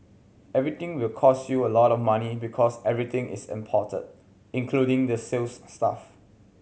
everything will cost you a lot of money because everything is imported including the sales staff